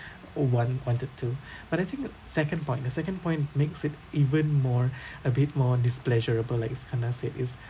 or want wanted to but I think uh second point the second point makes it even more a bit more displeasurable like iskandar said it's